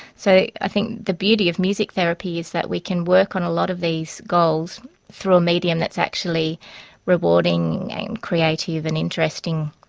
so i think the beauty of music therapy is that we can work on a lot of these goals through a medium that's actually rewarding and creative and interesting.